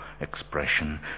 expression